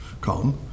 come